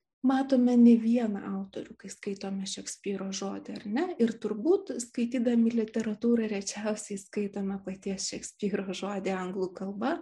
matome ne vieną autorių kai skaitome šekspyro žodį ar ne ir turbūt skaitydami literatūrą rečiausiai skaitome paties šekspyro žodį anglų kalba